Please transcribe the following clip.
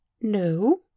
no